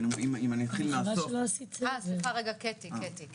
אם אני אתחיל מהסוף --- סליחה רגע, קטי.